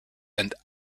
and